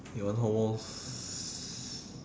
you want homos~